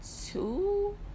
two